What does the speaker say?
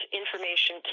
information